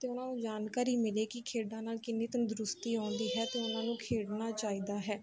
ਅਤੇ ਉਹਨਾਂ ਨੂੰ ਜਾਣਕਾਰੀ ਮਿਲੇ ਕਿ ਖੇਡਾਂ ਨਾਲ ਕਿੰਨੀ ਤੰਦਰੁਸਤੀ ਆਉਂਦੀ ਹੈ ਅਤੇ ਉਹਨਾਂ ਨੂੰ ਖੇਡਣਾ ਚਾਹੀਦਾ ਹੈ